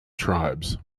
tribes